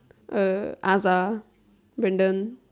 uh Azhar Brandon